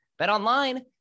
BetOnline